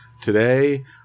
Today